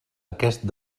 aquest